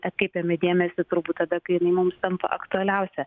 atkreipiame dėmesį turbūt tada kai jinai mums tampa aktualiausia